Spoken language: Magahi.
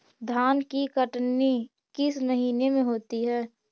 धान की कटनी किस महीने में होती है?